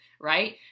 right